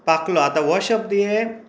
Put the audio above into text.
पाकलो आता हो शब्द हे